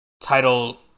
title